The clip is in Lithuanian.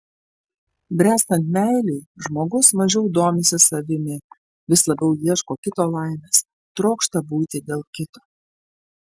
bręstant meilei žmogus mažiau domisi savimi vis labiau ieško kito laimės trokšta būti dėl kito